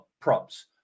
props